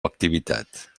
activitat